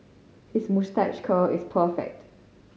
his moustache curl is perfect